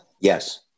Yes